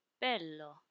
bello